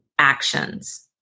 actions